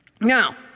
Now